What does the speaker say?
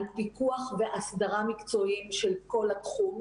על פיקוח והסדרה מקצועיים של כל התחום.